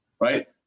right